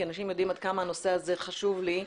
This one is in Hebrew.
כי אנשים יודעים עד כמה הנושא הזה חשוב לי.